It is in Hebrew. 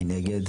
מי נגד?